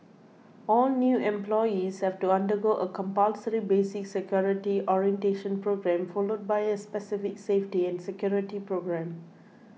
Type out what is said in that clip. all new employees have to undergo a compulsory basic security orientation programme followed by a specific safety and security programme